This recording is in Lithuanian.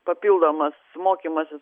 papildomas mokymasis